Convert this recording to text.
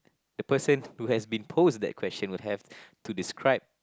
the person who has been posed that question will have to describe